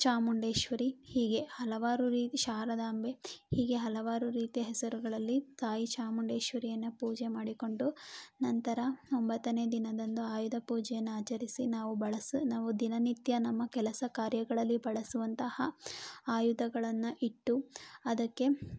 ಚಾಮುಂಡೇಶ್ವರಿ ಹೀಗೆ ಹಲವಾರು ರಿ ಶಾರದಾಂಬೆ ಹೀಗೆ ಹಲವಾರು ರೀತಿಯ ಹೆಸರುಗಳಲ್ಲಿ ತಾಯಿ ಚಾಮುಂಡೇಶ್ವರಿಯನ್ನು ಪೂಜೆ ಮಾಡಿಕೊಂಡು ನಂತರ ಒಂಬತ್ತನೇ ದಿನದಂದು ಆಯುಧ ಪೂಜೆಯನ್ನು ಆಚರಿಸಿ ನಾವು ಬಳಸ ನಾವು ದಿನನಿತ್ಯ ನಮ್ಮ ಕೆಲಸ ಕಾರ್ಯಗಳಲ್ಲಿ ಬಳಸುವಂತಹ ಆಯುಧಗಳನ್ನು ಇಟ್ಟು ಅದಕ್ಕೆ